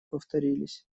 повторились